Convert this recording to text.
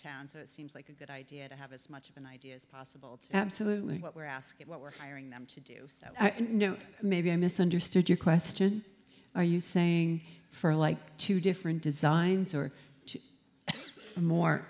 town so it seems like a good idea to have as much of an idea as possible to absolutely what we're asking what we're firing them to do i don't know maybe i misunderstood your question are you saying for like two different designs or more